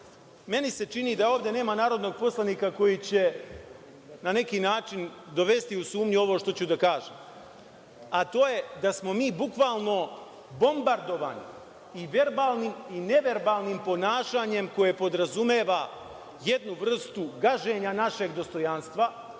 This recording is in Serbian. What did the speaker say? Meni se čini da ovde nema narodnog poslanika koji će na neki način dovesti u sumnju ovo što ću da kažem, a to je da smo mi bukvalno bombardovani i verbalnim i neverbalnim ponašanjem koje podrazumeva jednu vrstu gaženja našeg dostojanstva